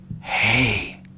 Hey